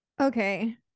Okay